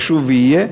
ישוב ויהיה,